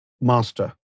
master